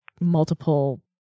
multiple